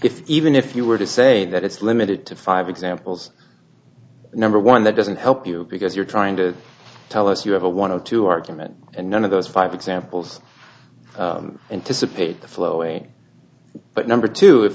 if even if you were to say that it's limited to five examples number one that doesn't help you because you're trying to tell us you have a one of two argument and none of those five examples anticipate flowing but number two if